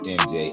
mj